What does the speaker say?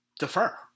Defer